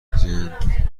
جین